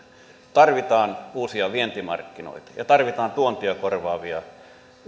tarvitaan uusia vientimarkkinoita ja tarvitaan tuontia korvaavia